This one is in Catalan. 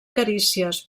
carícies